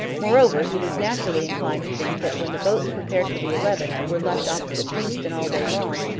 moreover, he was naturally inclined to think that when the boats prepared for the eleventh were left opposite queenston all day long,